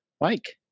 Mike